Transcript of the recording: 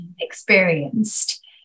experienced